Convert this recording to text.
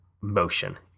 motion